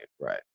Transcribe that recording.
right